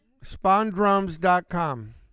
SpawnDrums.com